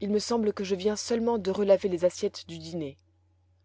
il me semble que je viens seulement de relaver les assiettes du dîner